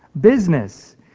business